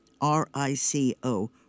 R-I-C-O